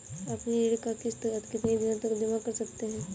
अपनी ऋण का किश्त कितनी दिनों तक जमा कर सकते हैं?